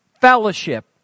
Fellowship